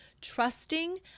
trusting